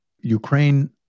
Ukraine